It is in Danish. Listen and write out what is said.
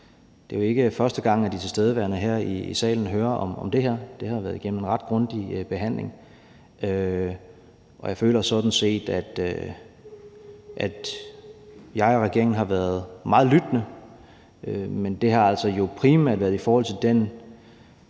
Det er jo ikke første gang, de tilstedeværende her i salen hører om det her; det har været igennem en ret grundig behandling. Og jeg føler sådan set, at jeg og regeringen har været meget lyttende, men det har jo altså primært været i forhold til den